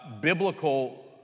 biblical